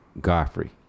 Godfrey